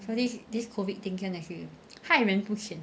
so this this COVID thing can actually 害人不浅